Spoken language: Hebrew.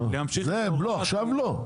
לא עכשיו לא,